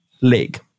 leg